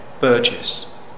Burgess